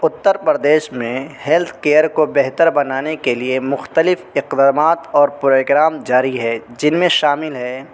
اتر پردیش میں health care کو بہتر بنانے کے لیے مختلف اقدامات اور پروگرام جاری ہے جن میں شامل ہیں